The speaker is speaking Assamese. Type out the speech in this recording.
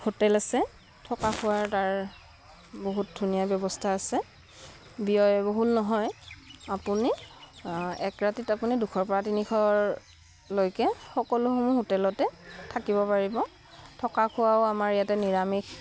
হোটেল আছে থকা খোৱাৰ তাৰ বহুত ধুনীয়া ব্যৱস্থা আছে ব্যয়বহুল নহয় আপুনি এক ৰাতিত আপুনি দুশৰপৰা তিনিশলৈকে সকলোসমূহ হোটেলতে থাকিব পাৰিব থকা খোৱাও আমাৰ ইয়াতে নিৰামিষ